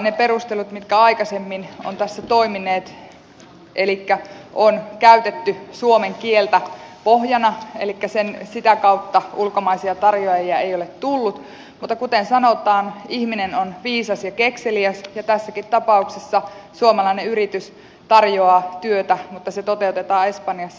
ne perustelut aikaisemmin ovat tässä toimineet on käytetty suomen kieltä pohjana elikkä sitä kautta ulkomaisia tarjoajia ei ole tullut mutta kuten sanotaan ihminen on viisas ja kekseliäs ja tässäkin tapauksessa suomalainen yritys tarjoaa työtä mutta se toteutetaan espanjassa